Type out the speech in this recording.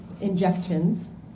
injections